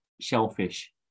shellfish